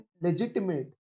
legitimate